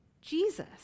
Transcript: Jesus